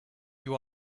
you